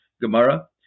Gemara